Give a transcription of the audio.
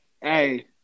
Hey